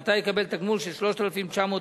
ומעתה יקבל תגמול של 3,993